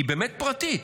היא באמת פרטית.